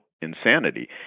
insanity